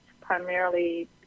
primarily